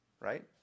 right